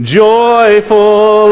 joyful